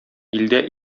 илдә